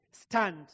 Stand